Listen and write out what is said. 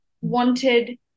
wanted